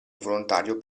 volontario